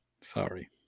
Sorry